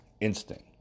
instinct